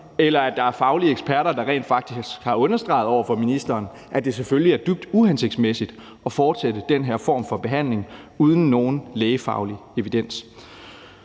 eller fordi der er faglige eksperter, der rent faktisk har understreget over for ministeren, at det selvfølgelig er dybt uhensigtsmæssigt at fortsætte den her form for behandling uden nogen lægefaglig evidens.